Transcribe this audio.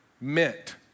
meant